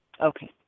okay